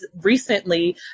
recently